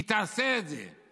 היא תעשה את זה.